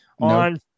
on